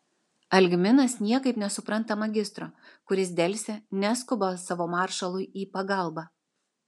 algminas niekaip nesupranta magistro kuris delsia neskuba savo maršalui į pagalbą